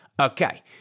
Okay